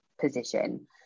position